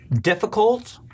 difficult